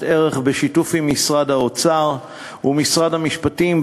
ערך בשיתוף עם משרד האוצר ומשרד המשפטים,